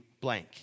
blank